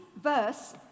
verse